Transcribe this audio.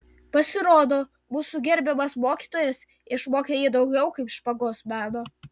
pasirodo mūsų gerbiamas mokytojas išmokė jį daugiau kaip špagos meno